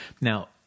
now